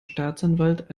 staatsanwalt